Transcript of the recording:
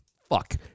Fuck